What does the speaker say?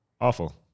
Awful